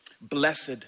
blessed